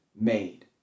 made